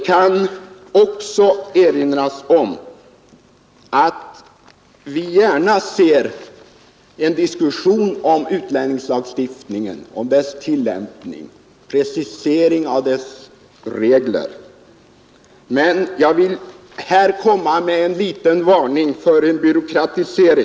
Jag ser gärna en diskussion om utlänningslagstiftningen och dess tillämpning samt om precisering av dess regler. Men jag vill här komma med en varning för byråkratisering.